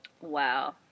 Wow